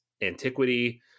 Antiquity